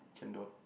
chendol